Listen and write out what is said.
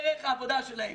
העבודה שלהם